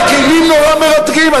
זה כלים נורא מרתקים.